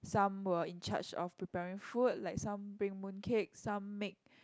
some were in charge of preparing food like some bring mooncake some make